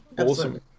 Awesome